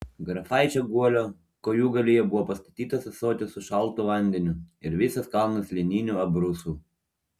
grafaičio guolio kojūgalyje buvo pastatytas ąsotis su šaltu vandeniu ir visas kalnas lininių abrūsų